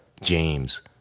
James